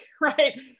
right